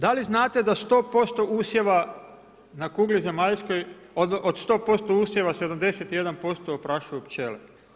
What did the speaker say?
Da li znate da 100% usjeva na kugli zemaljskoj, od 100% usjeva, 71% oprašuju pčele.